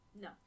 No